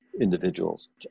individuals